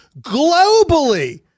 Globally